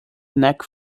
neck